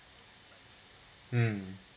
mm